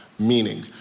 meaning